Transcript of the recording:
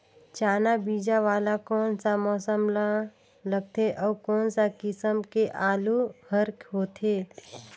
चाना बीजा वाला कोन सा मौसम म लगथे अउ कोन सा किसम के आलू हर होथे?